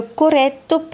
corretto